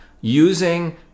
Using